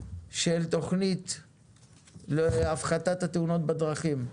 תכנית להפחתת תאונות הדרכים.